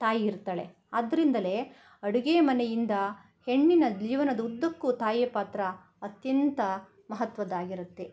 ತಾಯಿ ಇರ್ತಾಳೆ ಅದ್ರಿಂದಲೇ ಅಡುಗೆ ಮನೆಯಿಂದ ಹೆಣ್ಣಿನ ಜೀವನದುದ್ದಕ್ಕೂ ತಾಯಿಯ ಪಾತ್ರ ಅತ್ಯಂತ ಮಹತ್ವದಾಗಿರುತ್ತೆ